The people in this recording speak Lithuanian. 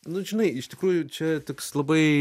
nu žinai iš tikrųjų čia toks labai